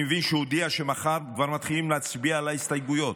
אני מבין שהוא הודיע שמחר כבר מתחילים להצביע על ההסתייגויות.